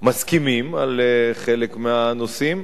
מסכימים על חלק מהנושאים,